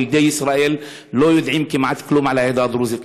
ילדי ישראל לא יודעים כמעט כלום על העדה הדרוזית.